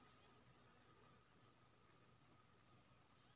बचत आर चालू खाता में कि अतंर छै?